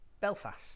Belfast